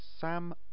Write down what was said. Sam